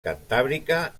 cantàbrica